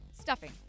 stuffing